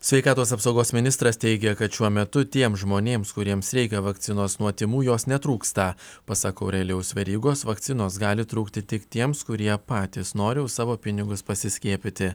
sveikatos apsaugos ministras teigia kad šiuo metu tiems žmonėms kuriems reikia vakcinos nuo tymų jos netrūksta pasak aurelijaus verygos vakcinos gali trūkti tik tiems kurie patys nori už savo pinigus pasiskiepyti